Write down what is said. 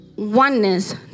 oneness